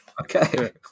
Okay